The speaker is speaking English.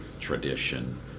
tradition